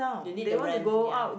they need the ramp ya